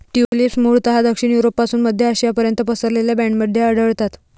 tulips मूळतः दक्षिण युरोपपासून मध्य आशियापर्यंत पसरलेल्या बँडमध्ये आढळतात